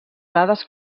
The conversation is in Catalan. dades